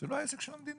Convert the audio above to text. זה לא העסק של המדינה.